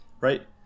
right